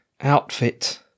outfit